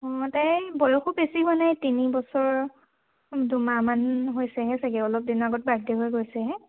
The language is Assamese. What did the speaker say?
অঁ তাইৰ বয়সো বেছি হোৱা নাই তিনি বছৰ দুমাহমান হৈছেহে চাগে অলপ দিনৰ আগত বাৰ্থ ডে হৈ গৈছে হে